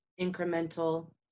incremental